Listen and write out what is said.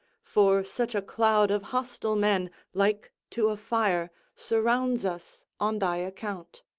for such a cloud of hostile men, like to a fire, surrounds us, on thy account.